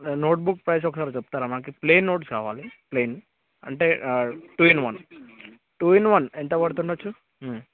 note books price ఒకసారి చెప్తారా మాకి ప్లెయిన్ నోట్స్ కావాలి ప్లెయిన్ అంటే two in one two in one ఎంత పడతుండవచ్చు